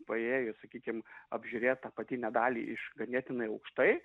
paėjus sakykim apžiūrėt apatinę dalį iš ganėtinai aukštai